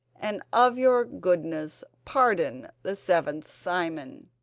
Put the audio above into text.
and of your goodness pardon the seventh simon.